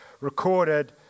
recorded